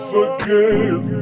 again